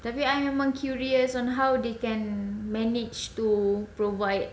tapi I memang curious on how they can manage to provide